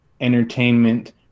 entertainment